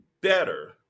better